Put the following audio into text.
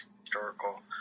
historical